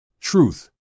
TRUTH